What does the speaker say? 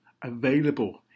available